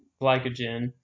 glycogen